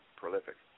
prolific